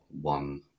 one